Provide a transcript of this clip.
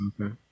Okay